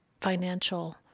financial